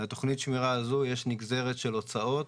לתוכנית השמירה הזאת יש נגזרת של הוצאות